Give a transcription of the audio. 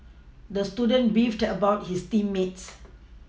the student beefed about his team mates